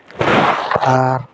ᱟᱨ